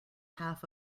half